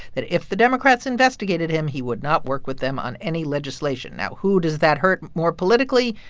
that if the democrats investigated him, he would not work with them on any legislation. now, who does that hurt more politically?